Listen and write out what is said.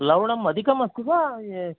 लवणम् अधिकम् अस्ति वा य